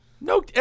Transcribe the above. no